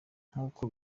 nkuko